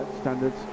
standards